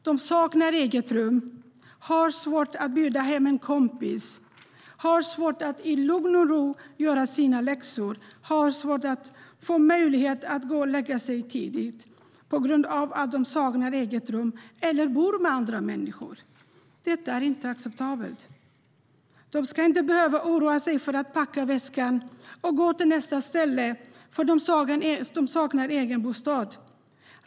De saknar eget rum, har svårt att bjuda hem en kompis, har svårt att i lugn och ro göra sina läxor eller har svårt att gå och lägga sig tidigt på grund av att de saknar eget rum eller bor hos andra människor. Detta är inte acceptabelt. Barnen ska inte behöva oroa sig för att de måste packa väskan och åka till nästa ställe eftersom de saknar egen bostad.